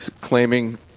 claiming